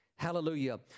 Hallelujah